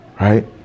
Right